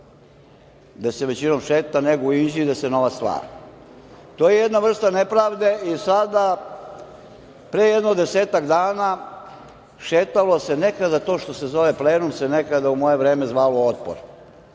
gde se većinom šeta, nego u Inđiji gde se novac stvara. To je jedna vrsta nepravde.I sada pre jedno desetak dana šetalo se, nekada to što se zove plenum se u moje vreme zvalo „Otpor“.